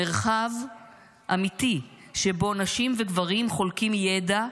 מרחב אמיתי שבו נשים וגברים חולקים ידע,